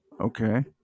Okay